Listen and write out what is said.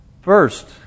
First